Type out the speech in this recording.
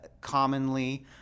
commonly